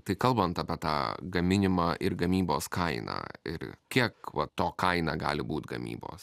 tai kalbant apie tą gaminimą ir gamybos kainą ir kiek va to kaina gali būti gamybos